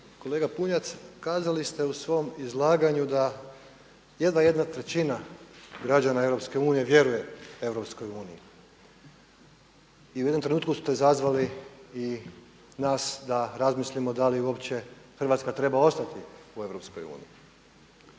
Kolega Bunjac, kazali ste u svom izlaganju da jedva 1/3 građana Europske unije vjeruje Europskoj uniji i u jednom trenutku ste izazvali i nas da razmislimo da li uopće Hrvatska treba ostati u